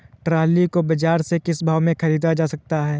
Trolley को बाजार से किस भाव में ख़रीदा जा सकता है?